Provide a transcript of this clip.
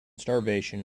starvation